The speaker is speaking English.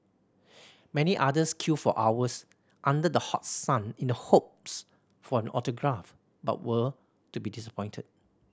many others queued for hours under the hot sun in the hopes for an autograph but were to be disappointed